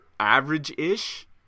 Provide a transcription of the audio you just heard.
Average-ish